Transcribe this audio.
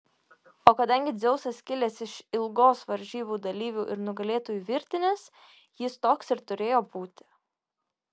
o kadangi dzeusas kilęs iš ilgos varžybų dalyvių ir nugalėtojų virtinės jis toks ir turėjo būti